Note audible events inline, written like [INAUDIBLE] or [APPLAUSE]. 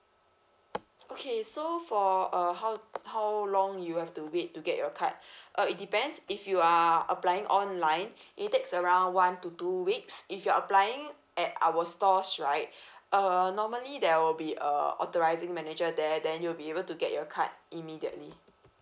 okay so for uh how how long you have to wait to get your card [BREATH] uh it depends if you are applying online it takes around one to two weeks if you are applying at our stores right [BREATH] uh normally there will be a authorising manager there then you'll be able to get your card immediately